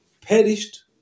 perished